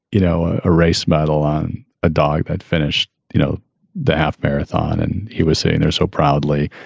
you know, a race battle on a dog. had finished you know the half marathon and he was sitting there so proudly